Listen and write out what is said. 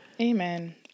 Amen